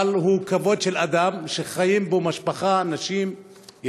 אבל הוא כבוד של אדם, חיה בו משפחה, נשים וילדים,